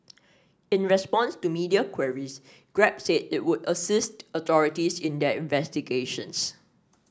in response to media queries Grab said it would assist authorities in their investigations